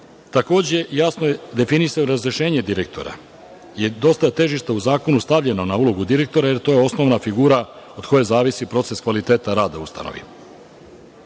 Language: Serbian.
jasno je definisano razrešenje direktora. Dosta težišta je u zakonu stavljeno na ulogu direktora, jer je to osnovna figura od koje zavisi proces kvaliteta i rada u ustanovi.